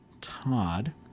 Todd